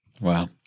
Wow